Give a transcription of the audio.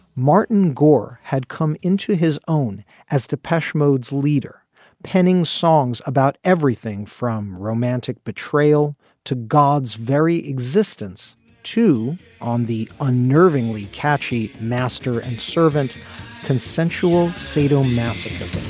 martin gore had come into his own as depeche mode as leader penning songs about everything from romantic betrayal to god's very existence to on the unnervingly catchy master and servant consensual sadomasochism